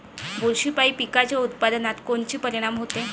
बुरशीपायी पिकाच्या उत्पादनात कोनचे परीनाम होते?